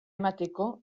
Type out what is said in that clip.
emateko